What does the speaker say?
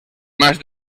más